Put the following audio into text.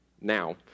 now